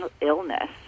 illness